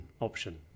option